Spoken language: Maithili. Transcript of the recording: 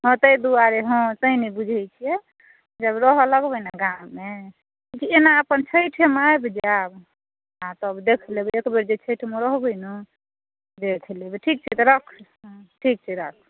हँ ताहि दुआरे हँ तैंँ नहि बुझए छिऐ जब रहऽ लगबै ने गाममे जे एना अपन छठिमे आबि जाएब आ तब देख लेब एकबेर जे छठिमे रहबए ने देखि लेबए ठीक छै तऽ राखू